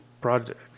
project